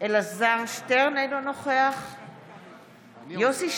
אלעזר שטרן, אינו נוכח יוסף שיין,